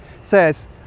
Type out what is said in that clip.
says